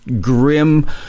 grim